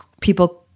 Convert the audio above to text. people